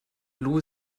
lou